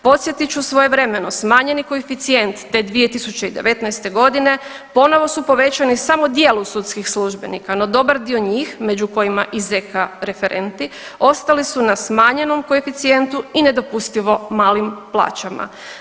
Podsjetit ću, svojevremeno smanjeni koeficijent te 2019. godine ponovno su povećani samo dijelu sudskih službenika, no dobar dio njih među kojima i ZK referenti ostali su na smanjenom koeficijentu i nedopustivo malim plaćama.